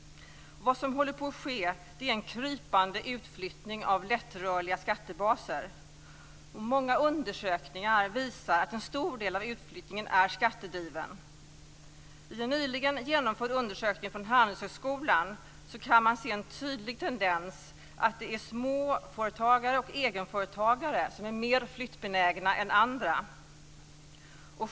Vad som håller på att ske är en krypande utflyttning av lättrörliga skattebaser. Många undersökningar visar att en stor del av utflyttningen är skattedriven. I en nyligen genomförd undersökning från Handelshögskolan kan man se en tydlig tendens att det är småföretagare och egenföretagare som är mer flyttbenägna än andra.